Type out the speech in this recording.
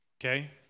Okay